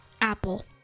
Apple